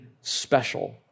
special